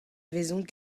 vezont